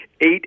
Eight